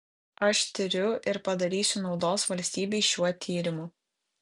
aš tiriu ir padarysiu naudos valstybei šiuo tyrimu